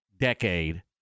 decade